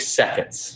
seconds